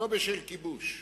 לא בשל כיבוש.